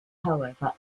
however